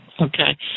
Okay